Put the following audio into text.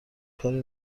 کاری